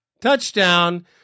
Touchdown